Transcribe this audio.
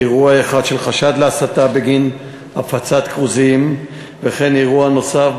אירוע של חשד להסתה בגין הפצת כרוזים וכן אירוע נוסף,